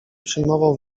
przyjmował